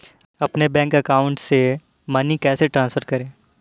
अपने bank account से money कैसे ट्रांसफर करें?